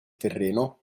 terreno